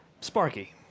Sparky